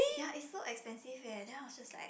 ya it's so expensive eh then I was just like